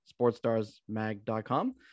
sportsstarsmag.com